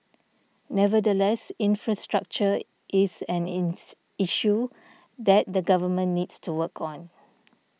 nevertheless infrastructure is an ins issue that the government needs to work on